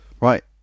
right